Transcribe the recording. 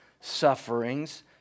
sufferings